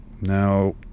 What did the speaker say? Now